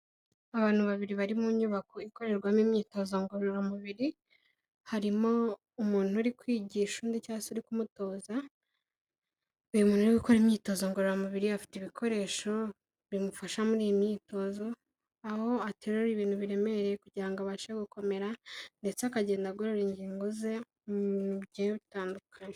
Abantu babiri bari mu nyubako ikorerwamo imyitozo ngororamubiri, harimo umuntu uri kwigisha undi cyangwa se uri kumutoza, uyu muntu uri gukora imyitozo ngororamubiri afite ibikoresho bimufasha muri iyi myitozo, aho aterura ibintu biremereye kugira abashe gukomera, ndetse akagenda agorora ingingo ze, mu bintu bigiye itandukanye.